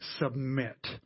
submit